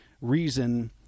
reason